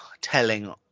telling